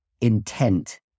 intent